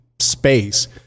space